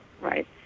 Right